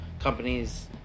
companies